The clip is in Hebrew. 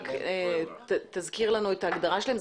רק תזכיר לנו את ההגדרה שלהם,